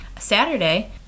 Saturday